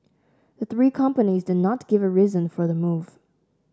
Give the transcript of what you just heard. the three companies did not give a reason for the move